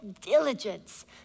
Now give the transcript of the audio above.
diligence